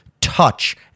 touch